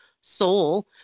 soul